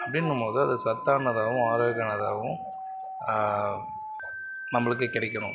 தென் நம்ம சத்தானதாகவும் ஆரோக்கியமானதாகவும் நம்மளுக்கு கிடைக்கணும்